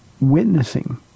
witnessing